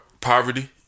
poverty